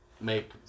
make